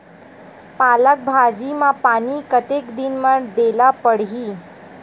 पालक भाजी म पानी कतेक दिन म देला पढ़ही?